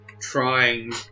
trying